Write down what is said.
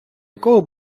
якого